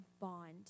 bond